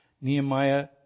Nehemiah